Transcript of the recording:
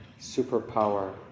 superpower